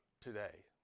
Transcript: today